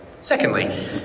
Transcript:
Secondly